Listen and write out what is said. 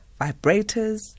vibrators